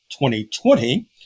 2020